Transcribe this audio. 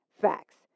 Facts